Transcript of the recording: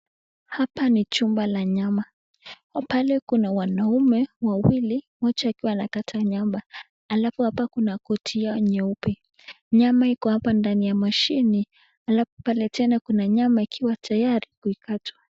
Hapa ni chumba la nyama, pale kuna wanaume wawili mmoja akiwa anakata nyama. Alafu hapa kuna kuti nyeupe. Nyama iko hapa ndani ya mashini. Alafu pale tena kuna nyama ikiwa tayari kuikata.